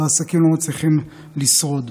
ועסקים לא מצליחים לשרוד.